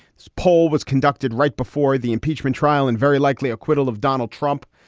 this poll was conducted right before the impeachment trial and very likely acquittal of donald trump.